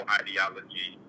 ideology